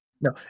No